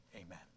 Amen